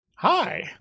hi